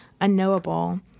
unknowable